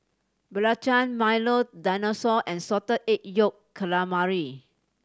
belacan Milo Dinosaur and Salted Egg Yolk Calamari